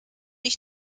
ich